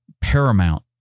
paramount